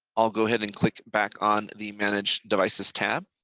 i'll go ahead and click back on the manage devices tab